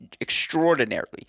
extraordinarily